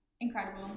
incredible